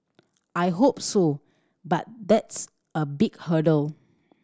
I hope so but that's a big hurdle